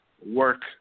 Work